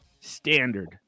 Standard